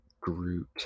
Groot